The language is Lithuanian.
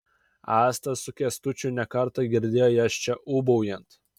asta su kęstučiu ne kartą girdėjo jas čia ūbaujant